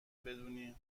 بدونی